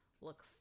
look